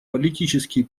политический